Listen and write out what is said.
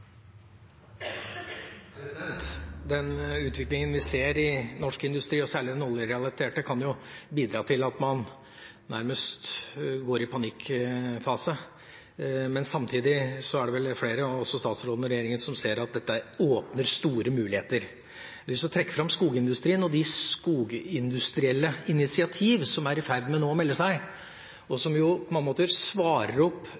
Den utviklinga vi ser i norsk industri, og særlig den oljerelaterte, kan jo bidra til at man nærmest går i panikkfase, men samtidig er det vel flere – også statsråden og regjeringa – som ser at dette åpner for store muligheter. Jeg har lyst til å trekke fram skogindustrien og de skogindustrielle initiativ som nå er i ferd med å melde seg, og